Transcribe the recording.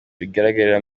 bigaragarira